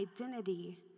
identity